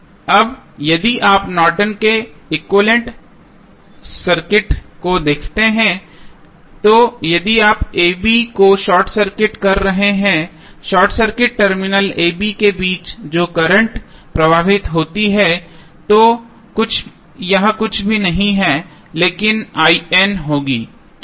अब यदि आप नॉर्टन के एक्विवैलेन्ट सर्किट को देखते हैं तो यदि आप a और b को शॉर्ट सर्किट कर रहे हैं short circuit terminal a b के बीच जो करंट प्रवाहित होती है तो कुछ भी नहीं लेकिन होगी क्यों